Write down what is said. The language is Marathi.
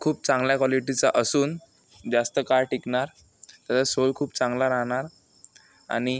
खूप चांगल्या काॅलिटीचा असून जास्त काळ टिकणार त्याचा सोल खूप चांगला राहणार आणि